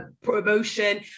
promotion